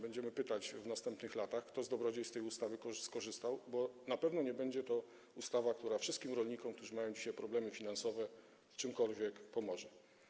Będziemy pytać w następnych latach, kto skorzystał z dobrodziejstw tej ustawy, bo na pewno nie będzie to ustawa, która wszystkim rolnikom, którzy mają dzisiaj problemy finansowe, w czymkolwiek pomoże.